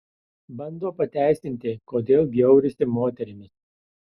bando pateisinti kodėl bjaurisi moterimis